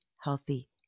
healthy